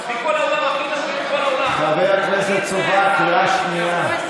חבר הכנסת סובה, קריאה ראשונה.